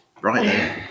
right